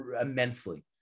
Immensely